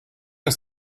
ist